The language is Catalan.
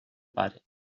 pare